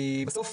כי בסוף,